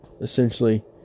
essentially